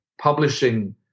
publishing